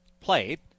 played